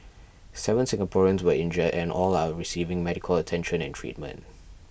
seven Singaporeans were injured and all are receiving medical attention and treatment